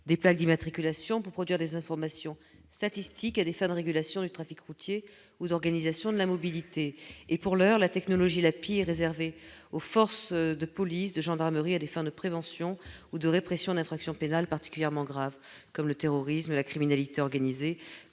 des plaques d'immatriculation pour produire des informations statistiques à des fins de régulation du trafic routier ou d'organisation de la mobilité. Pour l'heure, cette technologie est réservée aux forces de police et de gendarmerie, à des fins de prévention ou de répression d'infractions pénales particulièrement graves, comme le terrorisme, la criminalité organisée,